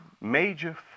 major